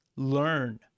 Learn